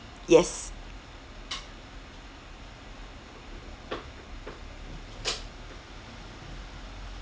yes